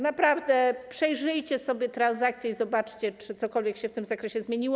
Naprawdę przejrzyjcie sobie transakcje i zobaczcie, czy cokolwiek się w tym zakresie zmieniło.